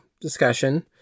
discussion